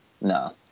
No